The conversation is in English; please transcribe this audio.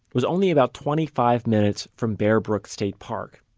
was only about twenty five minutes from bear brook state park,